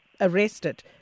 arrested